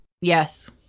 Yes